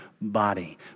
body